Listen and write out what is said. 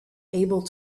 able